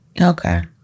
Okay